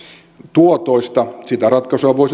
tuotoista ja sitä ratkaisua voi